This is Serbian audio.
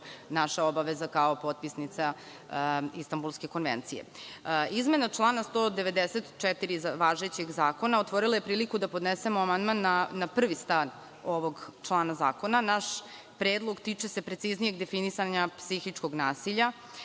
naša obaveza kao potpisnice Istambulske konvencije. Izmena član 194. važećeg zakona otvorila je priliku da podnesemo amandman na prvi stav ovog člana zakona. Naš predlog tiče se preciznijeg definisanja psihičkog nasilja,